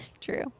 true